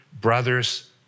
brothers